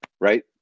right